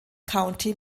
county